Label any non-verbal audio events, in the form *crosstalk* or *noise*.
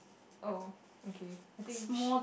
oh *breath* okay I think sh~